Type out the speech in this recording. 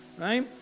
right